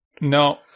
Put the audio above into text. No